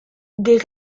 des